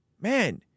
man